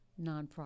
nonprofit